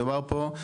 מדובר פה,